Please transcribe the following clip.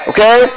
Okay